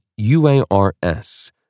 UARS